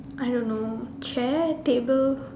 I don't know chair table